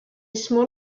small